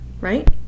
right